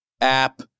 app